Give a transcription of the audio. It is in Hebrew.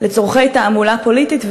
לצורכי תעמולה פוליטית,